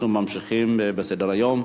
אנחנו ממשיכים בסדר-היום.